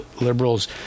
liberals